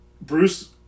Bruce